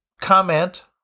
Comment